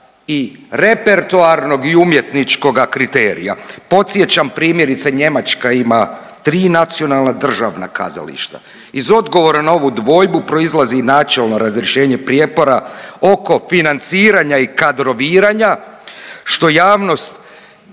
i repertoarnog i umjetničkoga kriterija? Podsjećam primjerice Njemačka ima tri nacionalna državna kazališta. Iz odgovora na ovu dvojbu proizlazi načelno razrješenje prijepora oko financiranja i kadroviranja što javnost